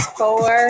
four